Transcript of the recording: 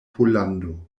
pollando